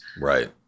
right